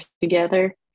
together